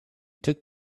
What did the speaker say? took